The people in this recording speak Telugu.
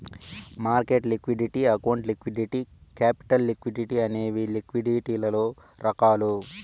market liquidity account liquidity capital liquidity అనేవి లిక్విడిటీలలో రకాలు